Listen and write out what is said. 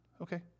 Okay